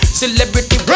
celebrity